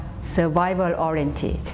survival-oriented